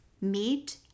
meat